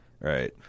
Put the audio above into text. Right